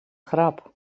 grap